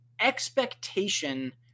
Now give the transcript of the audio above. expectation